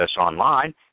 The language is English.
online